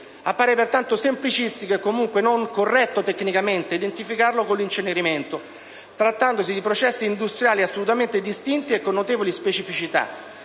Appare pertanto semplicistico e comunque non corretto tecnicamente identificarlo con l'incenerimento, trattandosi di processi industriali assolutamente distinti e con notevoli specificità.